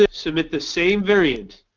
ah submit the same variant